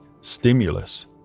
stimulus